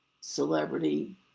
celebrity